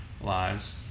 lives